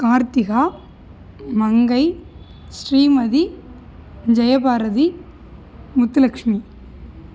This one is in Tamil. கார்த்திகா மங்கை ஸ்ரீமதி ஜெயபாரதி முத்துலக்ஷ்மி